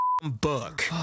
book